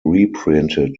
reprinted